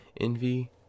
envy